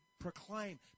proclaim